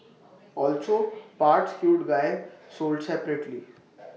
also parts cute guy sold separately